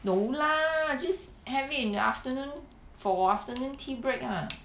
no lah just have it in the afternoon for afternoon tea break ah